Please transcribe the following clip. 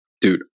dude